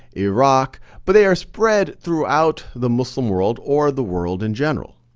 iraq, but they are spread throughout the muslim world or the world in general.